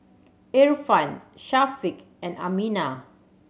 Irfan Syafiq and Aminah